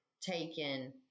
taken